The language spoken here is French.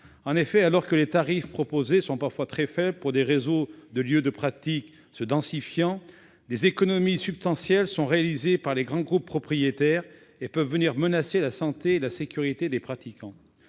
En effet, alors que les tarifs proposés sont parfois très faibles pour des réseaux de lieux de pratique se densifiant, des économies substantielles sont réalisées par les grands groupes propriétaires, lesquelles peuvent venir menacer la santé et la sécurité des pratiquants.